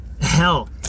hell